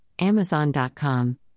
Amazon.com